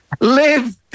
Live